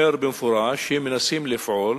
אומר במפורש שהם מנסים לפעול